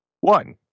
One